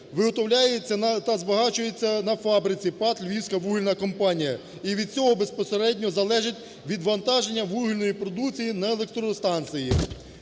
виготовляється на… та збагачується на фабриці ПАТ "Львівська вугільна компанія" і від цього безпосередньо залежить відвантаження вугільної продукції на електростанції,